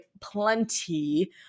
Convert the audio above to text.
plenty